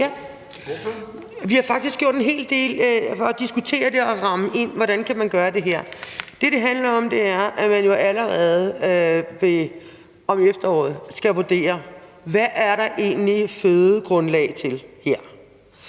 Vi har faktisk gjort en hel del for at diskutere det og ramme ind, hvordan man kan gøre det her. Det, det handler om, er, at man jo allerede i efteråret skal vurdere, hvad der egentlig er fødegrundlag til,